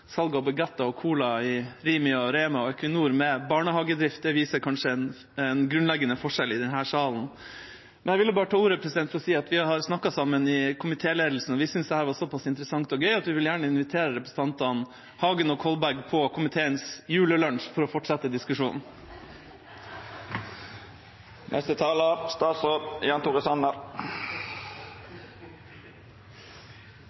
salg av bagetter og Cola i RIMI og Rema og Equinor med barnehagedrift. Det viser kanskje en grunnleggende forskjell i denne salen. Jeg tok ordet for å si at vi har snakket sammen i komitéledelsen, og vi syntes dette var såpass interessant og gøy at vi gjerne vil invitere representantene Hagen og Kolberg til komiteens julelunsj for å fortsette diskusjonen.